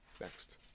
next